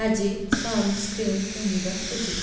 ଆଜି ସନସ୍କ୍ରିନ୍ ପିନ୍ଧିବା ଉଚିତ୍